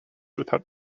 without